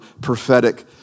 prophetic